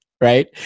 right